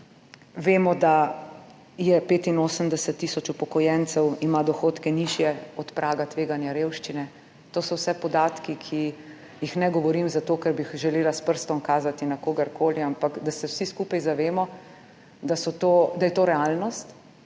Vemo, da ima 85 tisoč upokojencev dohodke, nižje od praga tveganja revščine. To so vse podatki, ki jih ne govorim zato, ker bi želela s prstom kazati na kogarkoli, ampak da se vsi skupaj zavemo, da je to realnost